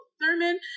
Thurman